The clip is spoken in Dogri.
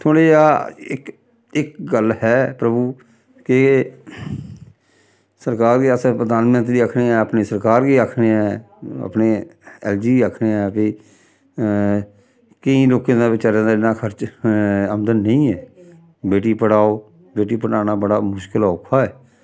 थोह्ड़ा जेहा इक इक गल्ल है प्रभु के सरकार गी अस प्रधानमंत्री गी आखने आं अपनी सरकार गी आखने आं एह् अपने ऐल्ल जी गी आखने आं कि केईं लोकें दा बचैरें दा इन्ना खर्च आमदन नेईं ऐ बेटी पढ़ाओ बेटी पढ़ाना बड़ा मुश्कल औखा ऐ